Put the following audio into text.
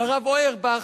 לרב אוירבך,